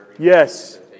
Yes